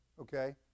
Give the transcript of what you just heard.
Okay